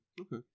Okay